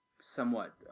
somewhat